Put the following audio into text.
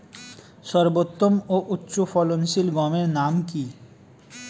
সর্বোত্তম ও উচ্চ ফলনশীল গমের নাম কি?